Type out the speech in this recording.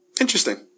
Interesting